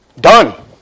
Done